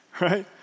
right